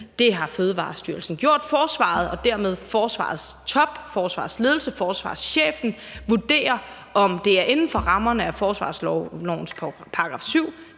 Det har Fødevarestyrelsen gjort. Forsvaret og dermed forsvarets top, forsvarets ledelse og forsvarschefen, vurderer, om det er inden for rammerne af forsvarslovens § 7.